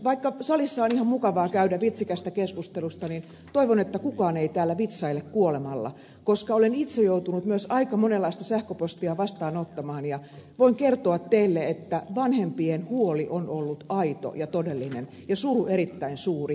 vaikka salissa on ihan mukavaa käydä vitsikästä keskustelua niin toivon että kukaan ei täällä vitsaile kuolemalla koska olen itse joutunut myös aika monenlaista sähköpostia vastaanottamaan ja voin kertoa teille että vanhempien huoli on ollut aito ja todellinen ja suru erittäin suuri